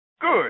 good